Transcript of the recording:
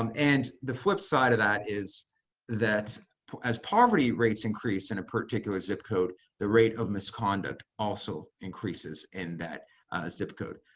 um and the flip side of that is that as poverty rates increase in a particular zip code, the rate of misconduct also increases in that zip code.